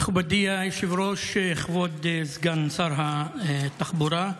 מכובדי היושב-ראש, כבוד סגן שר התחבורה,